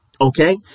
Okay